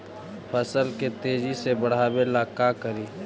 फसल के तेजी से बढ़ाबे ला का करि?